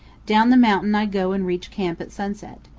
down the mountain i go and reach camp at sunset.